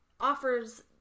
offers